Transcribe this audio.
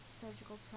surgical